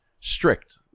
strict